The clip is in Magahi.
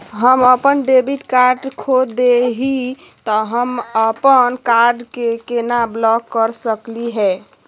हम अपन डेबिट कार्ड खो दे ही, त हम अप्पन कार्ड के केना ब्लॉक कर सकली हे?